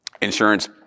Insurance